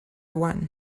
one